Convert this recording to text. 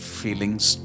feelings